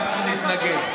אנחנו נתנגד.